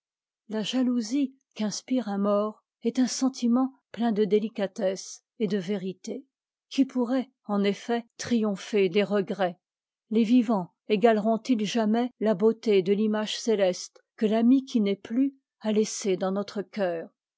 la jalousie qu'inspire un mort est un sentiment plein de délicatesse et de vérité qui pourrait en effet triompher des regrets les vivants égalerontils jamais la beauté de l'image céleste que l'ami qui n'est plus a laissée dans notre cœur